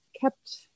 kept